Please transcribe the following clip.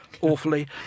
awfully